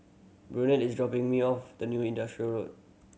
Burnett is dropping me off the New Industrial Road